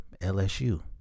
LSU